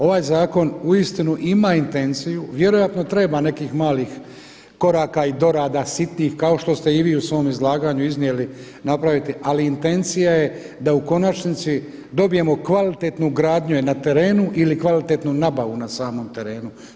Ovaj zakon uistinu ima intenciju, vjerojatno treba nekih malih koraka i dorada sitnih kao što ste i vi u svom izlaganju iznijeli napraviti, ali intencija je da u konačnici dobijemo kvalitetnu gradnju na terenu ili kvalitetnu nabavu na samom terenu.